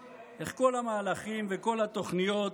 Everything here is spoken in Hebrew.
איך כל המהלכים וכל התוכניות,